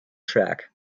track